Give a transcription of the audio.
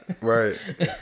Right